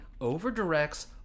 over-directs